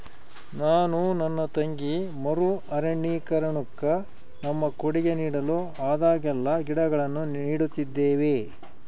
ನಾನು ನನ್ನ ತಂಗಿ ಮರು ಅರಣ್ಯೀಕರಣುಕ್ಕ ನಮ್ಮ ಕೊಡುಗೆ ನೀಡಲು ಆದಾಗೆಲ್ಲ ಗಿಡಗಳನ್ನು ನೀಡುತ್ತಿದ್ದೇವೆ